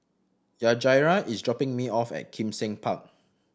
Yajaira is dropping me off at Kim Seng Park